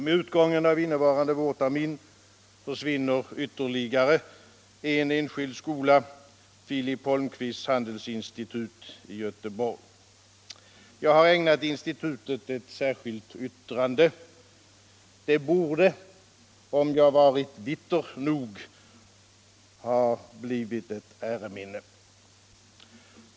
Med utgången av innevarande vårtermin försvinner ytterligare en enskild skola, Filip Holmqvists handelsinstitut. Jag har ägnat institutet ett särskilt yttrande. Det borde — om jag varit vitter nog — ha blivit ett äreminne.